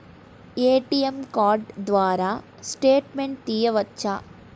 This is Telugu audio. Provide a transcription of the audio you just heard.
ఏ.టీ.ఎం కార్డు ద్వారా స్టేట్మెంట్ తీయవచ్చా?